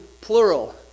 plural